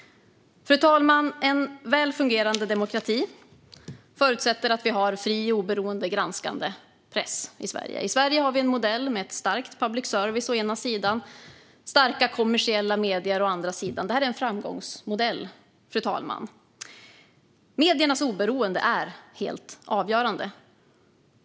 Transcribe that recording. Fru talman! En väl fungerande demokrati förutsätter att vi har en fri och oberoende granskande press i Sverige. I Sverige har vi en modell med en stark public service å ena sidan och starka kommersiella medier å andra sidan. Detta är en framgångsmodell. Mediernas oberoende är helt avgörande.